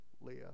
leah